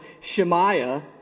Shemaiah